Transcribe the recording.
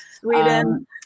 Sweden